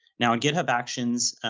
now, and github actions,